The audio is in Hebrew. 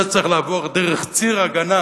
זה צריך לעבור דרך ציר הגנה